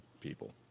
people